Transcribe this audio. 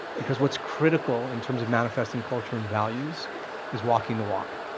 because what's critical in terms of manifesting culture and values is walking the walk.